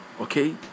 okay